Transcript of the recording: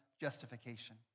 justification